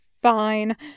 Fine